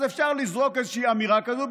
אז אפשר לזרוק איזושהי אמירה כזאת,